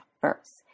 first